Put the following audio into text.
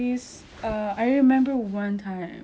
um benda ni saya tak akan lupa selama-lamanya